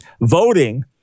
voting